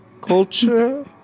culture